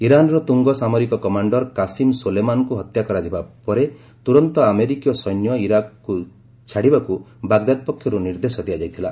ଇରାନ୍ର ତୁଙ୍ଗ ସାମରିକ କମାଶ୍ଡର କାସିମ୍ ସୋଲେମାନଙ୍କୁ ହତ୍ୟା କରାଯିବା ପରେ ତୁରନ୍ତ ଆମେରିକୀୟ ସୈନ୍ୟ ଇରାକ୍ ଛାଡ଼ିବାକୁ ବାଗଦାଦ ପକ୍ଷରୁ ନିର୍ଦ୍ଦେଶ ଦିଆଯାଇଥିଲା